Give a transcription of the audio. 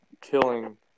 killing